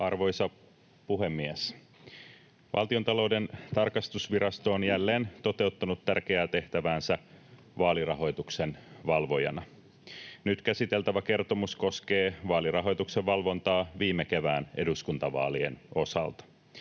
Arvoisa puhemies! Valtiontalouden tarkastusvirasto on jälleen toteuttanut tärkeää tehtäväänsä vaalirahoituksen valvojana. Nyt käsiteltävä kertomus koskee vaalirahoituksen valvontaa viime kevään eduskuntavaalien osalta.